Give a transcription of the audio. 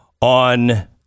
on